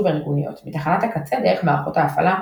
הארגוניות מתחנת הקצה דרך מערכות ההפעלה,